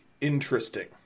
interesting